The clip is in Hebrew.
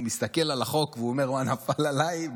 הוא מסתכל על החוק והוא אומר: מה נפל עליי?